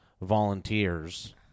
volunteers